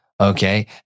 Okay